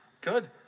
good